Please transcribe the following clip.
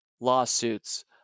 lawsuits